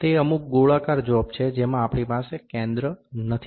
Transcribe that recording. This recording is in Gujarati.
તે અમુક ગોળાકાર જોબ છે જેમાં આપણી પાસે કેન્દ્ર નથી